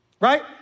Right